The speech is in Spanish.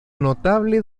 notable